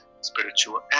spiritual